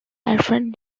alfred